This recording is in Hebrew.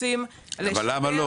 אבל למה לא